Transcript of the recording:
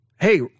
Hey